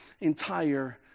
entire